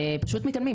פשוט מתעלמים